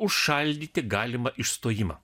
užšaldyti galimą išstojimą